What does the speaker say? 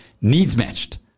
needs-matched